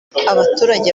abaturage